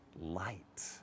light